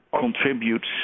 contributes